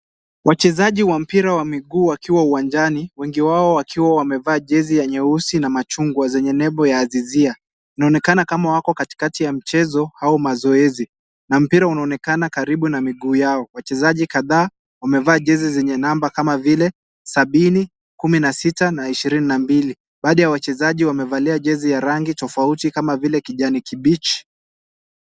Wachezaji wa mpira wa miguu wakiwa uwanjani wengi wao wakiwa wamevaa jezi ya nyeusi na machungwa yenye nembo ya Azizia. Inaonekana kama wako katikati ya mchezo au mazoezi na mpira unaonekana karibu na miguu yao. Wachezaji kadhaa wamevaa jezi zenye namba kama vile sabini, kumi na sita na ishirini na mbili. Baadhi ya wachezaji wamevalia jezi ya rangi tofauti kama vile kijani kibichi.